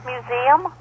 Museum